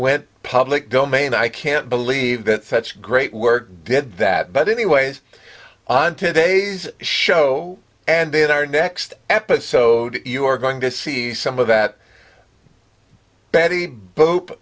went public domain i can't believe that such great work did that but anyways on today's show and then our next episode you're going to see some of that betty boop